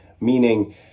meaning